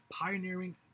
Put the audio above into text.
pioneering